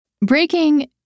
breaking